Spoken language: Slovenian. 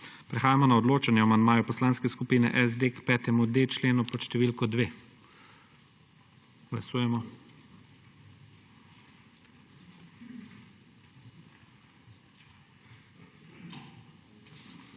Prehajamo na odločanje o amandmaju Poslanske skupine SD k 5.d členu pod številko 2. Glasujemo.